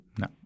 No